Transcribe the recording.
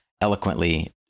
eloquently